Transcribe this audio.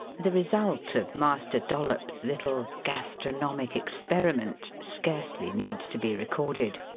the result of master dollops' little gastronomic experiment scarcely needs to be recorded.